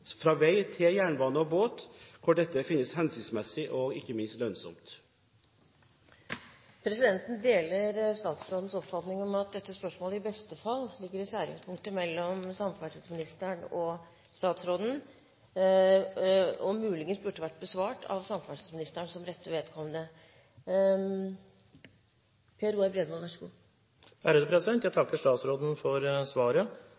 båt der dette finnes hensiktsmessig og ikke minst lønnsomt. Presidenten deler statsrådens oppfatning av at dette spørsmålet i beste fall ligger i skjæringspunktet mellom samferdselsministeren og landbruks- og matministeren – og muligens burde vært besvart av samferdselsministeren som rette vedkommende.